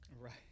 Right